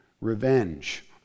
Revenge